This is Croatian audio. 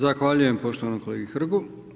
Zahvaljujem poštovanom kolegi Hrgu.